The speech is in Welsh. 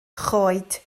choed